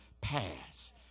pass